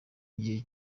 igihe